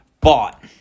bought